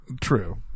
True